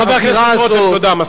חבר הכנסת רותם, תודה.